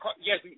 Yes